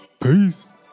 Peace